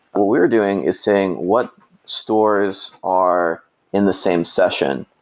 what we're doing is saying what stores are in the same session?